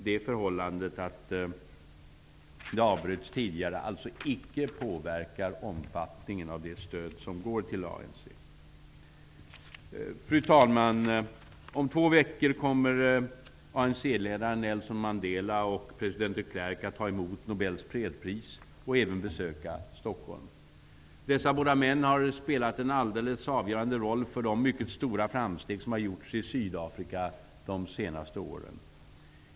Det förhållandet att det avbröts tidigare påverkar alltså icke omfattningen av stödet. Fru talman! Om två veckor kommer ANC-ledaren Nelson Mandela och president de Klerk att ta emot Nobels fredspris och även besöka Stockholm. Dessa båda män har spelat en alldeles avgörande roll för de mycket stora framsteg som har gjorts i Sydafrika under de senaste åren.